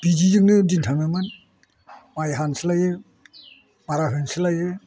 बिदिजोंनो दिन थाङोमोन माइ हानोसैलायो मारा होनोसैलायो